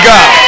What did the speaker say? God